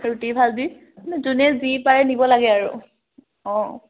ৰুটি ভাজি যোনে যি পাৰে নিব লাগে আৰু অঁ